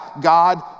God